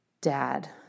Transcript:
dad